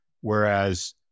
whereas